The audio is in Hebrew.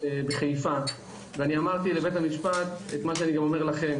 בחיפה ואני אמרתי לבית המשפט את מה שאני אומר לכם,